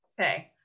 Okay